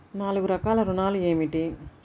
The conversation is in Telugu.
నాలుగు రకాల ఋణాలు ఏమిటీ?